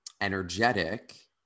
energetic